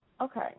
Okay